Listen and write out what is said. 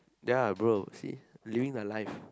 ya bro see living the life